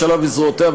וזרועותיה,